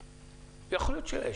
יכול להיות שיש,